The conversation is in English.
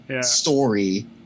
story